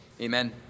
Amen